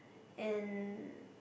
and